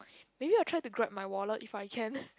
maybe I will try to grab my wallet if I can